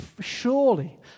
surely